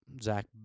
Zach